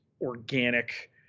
organic